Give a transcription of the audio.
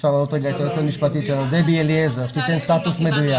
ספיר אליעזר והיא תוכל לומר סטטוס מדויק.